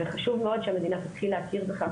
וחשוב מאוד שהמדינה תתחיל להכיר בכך,